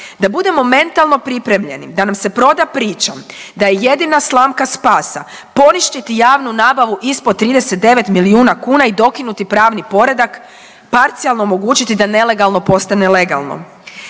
Da budemo mentalno pripremljeni da nam se proda priča da je jedina slamka spasa poništiti javnu nabavu ispod 39 milijuna kuna i dokinuti pravni poredak, parcijalno omogućiti da nelegalno postane legalno.